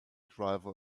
driver